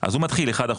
אז הוא מתחיל 1%,